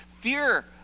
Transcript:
Fear